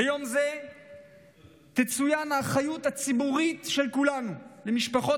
ביום זה תצוין האחריות הציבורית של כולנו למשפחות